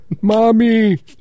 Mommy